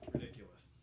Ridiculous